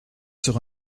sur